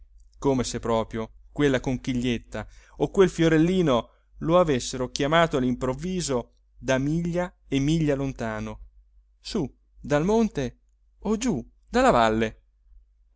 come se proprio quella conchiglietta o quel fiorellino lo avessero chiamato all'improvviso da miglia e miglia lontano su dal monte o giù dalla valle